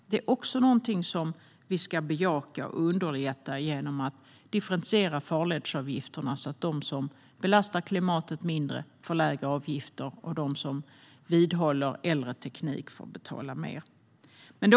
Det är också någonting vi ska bejaka och underlätta genom att differentiera farledsavgifterna så att de som belastar klimatet mindre får lägre avgifter och de som vidhåller äldre teknik får betala mer.